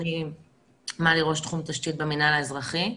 אני מלי, ראש תחום תשתיות במינהל האזרחי.